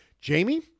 Jamie